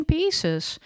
Pieces